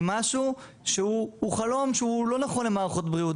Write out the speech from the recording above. הוא חלום שהוא לא נכון למערכות בריאות.